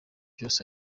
cyose